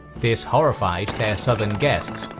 this horrified their southern guests,